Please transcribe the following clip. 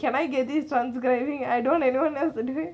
can I get this done and everything I don't want I don't want us to do it